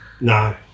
No